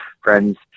friends